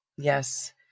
Yes